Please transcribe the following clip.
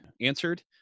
answered